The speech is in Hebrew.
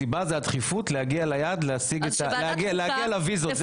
הסיבה היא הדחיפות להגיע ליעד, להגיע לוויזות.